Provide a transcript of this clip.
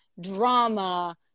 drama